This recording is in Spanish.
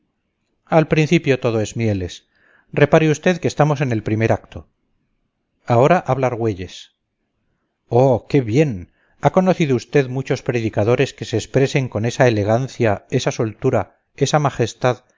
al principio todo es mieles repare usted que estamos en el primer acto ahora habla argüelles oh qué bien ha conocido usted muchos predicadores que se expresen con esa elegancia esa soltura esa majestad